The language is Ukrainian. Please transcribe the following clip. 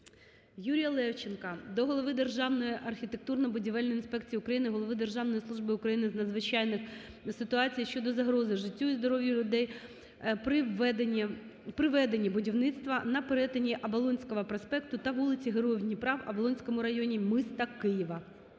Юрія Левченка до голови Державної архітектурно-будівельної інспекції України, голови Державної служби України з надзвичайних ситуацій щодо загрози життю і здоров'ю людей при веденні будівництва на перетині Оболонського проспекту та вулиці Героїв Дніпра в Оболонському районі міста Києва.